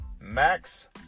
Max